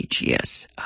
yes